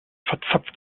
verzapft